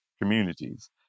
communities